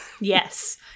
Yes